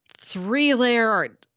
three-layer